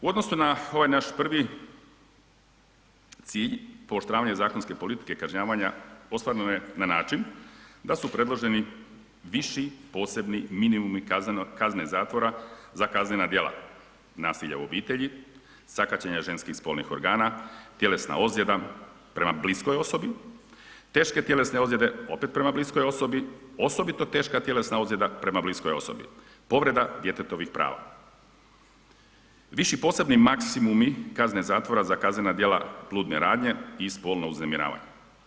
U odnosu na ovaj naš prvi cilj pooštravanje zakonske politike i kažnjavanja ostvareno je na način da su predloženi viši posebni minimumi kazne zatvora za kaznena djela nasilja u obitelji, sakaćenja ženskih spolnih organa, tjelesna ozljeda prema bliskoj osobi, teške tjelesne ozljede opet prema bliskoj osobi, osobito teška tjelesna ozljeda prema bliskoj osobi, povreda djetetovih prava, viši posebni maksimumi kazne zatvora za kaznena djela bludne radnje i spolno uznemiravanje.